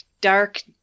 dark